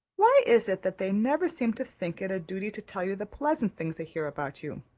why is it that they never seem to think it a duty to tell you the pleasant things they hear about you?